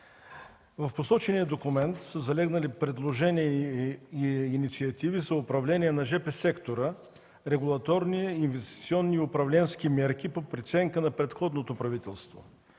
в посочения документ са залегнали предложения и инициативи за управление на жп сектора, регулаторни, инвестиционни и управленски мерки по преценка на предходното правителство.